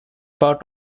part